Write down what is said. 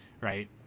Right